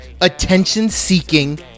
attention-seeking